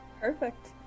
Perfect